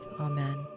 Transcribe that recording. Amen